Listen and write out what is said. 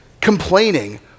complaining